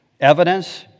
Evidence